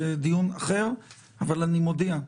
זה דיון אחר אבל אני מודיע.